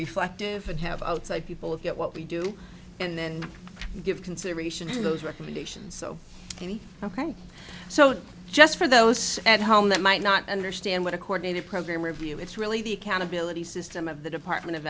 reflective and have outside people of it what we do and then give consideration to those recommendations so ok so just for those at home that might not understand what a coordinated program review it's really the accountability system of the department of